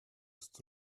ist